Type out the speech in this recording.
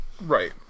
Right